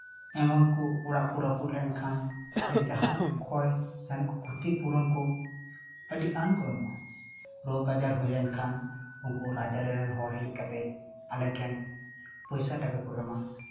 ᱮᱢᱚᱱ ᱠᱚ ᱚᱲᱟᱜ ᱠᱚ ᱨᱟᱹᱯᱩᱫ ᱞᱮᱱᱠᱷᱟᱱ ᱥᱮ ᱡᱟᱦᱟᱱᱟᱜ ᱠᱷᱚᱭ ᱡᱟᱦᱟᱱᱟᱜ ᱠᱷᱚᱛᱤ ᱯᱩᱨᱚᱱ ᱠᱚ ᱟᱹᱰᱤᱜᱟᱱ ᱠᱚ ᱮᱢᱚᱜᱼᱟ ᱨᱳᱜᱽ ᱟᱡᱟᱨ ᱦᱩᱭ ᱞᱮᱱᱠᱷᱟᱱ ᱩᱱᱠᱩ ᱨᱟᱡᱽ ᱟᱹᱨᱤ ᱨᱮᱱ ᱦᱚᱲ ᱦᱮᱽ ᱠᱟᱛᱮ ᱟᱞᱮ ᱴᱷᱮᱱ ᱯᱚᱭᱥᱟ ᱴᱟᱠᱟ ᱠᱚ ᱮᱢᱟ